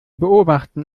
beobachten